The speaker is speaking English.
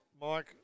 Mike